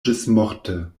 ĝismorte